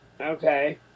Okay